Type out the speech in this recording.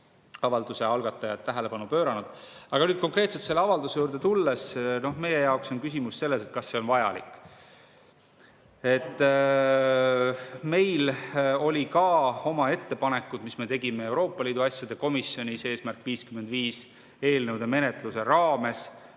avalduse algatajad tähelepanu pööranud. Aga nüüd tulen konkreetselt selle avalduse juurde. Meie jaoks on küsimus selles, kas see on vajalik. Meil olid ka oma ettepanekud, mis me tegime Euroopa Liidu asjade komisjonis "Eesmärk 55" eelnõude menetluse raames,